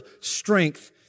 strength